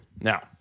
Now